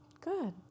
Good